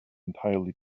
entirely